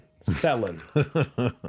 selling